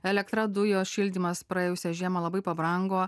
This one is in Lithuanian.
elektra dujos šildymas praėjusią žiemą labai pabrango